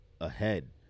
ahead